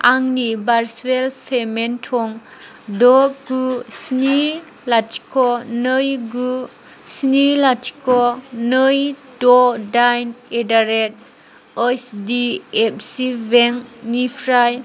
आंनि भारसुएल पेमेन्ट थं द' गु स्नि लाथिख' नै गु स्नि लाथिख' नै द' दाइन एदारेट H D F C bank निफ्राय